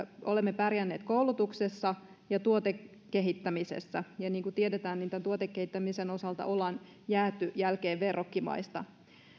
olemme pärjänneet koulutuksessa ja tuotekehittämisessä ja niin kuin tiedetään tuotekehittämisen osalta ollaan jääty jälkeen verrokkimaista